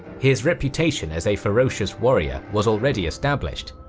his reputation as a ferocious warrior was already established,